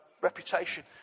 reputation